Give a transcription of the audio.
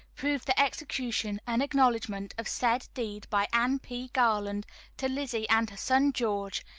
proved the execution and acknowledgment of said deed by anne p. garland to lizzie and her son george,